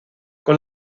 con